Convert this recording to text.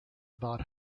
about